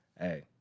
Hey